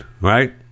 right